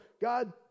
God